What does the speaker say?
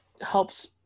helps